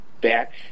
Back